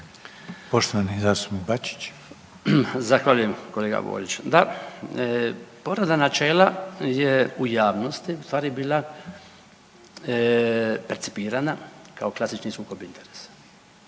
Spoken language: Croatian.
Branko (HDZ)** Zahvaljujem gospodine Boriću. Da, povreda načela je u javnosti u stvari bila percipirana kao klasični sukob interesa